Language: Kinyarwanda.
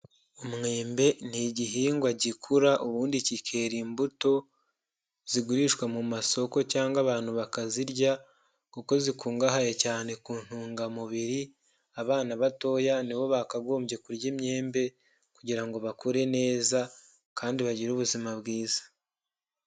Umwembe ni igihingwa gikura ubundi kikera imbuto zigurishwa mu masoko cyangwa abantu bakazirya kuko zikungahaye cyane ku ntungamubiri, abana batoya ni bo bakagombye kurya imyembe kugira ngo bakure neza kandi bagire ubuzima bwiza.